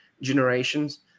generations